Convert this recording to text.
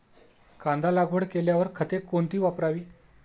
कांदा लागवड केल्यावर खते कोणती वापरावी?